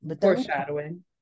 foreshadowing